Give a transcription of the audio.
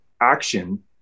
action